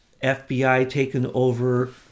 FBI-taken-over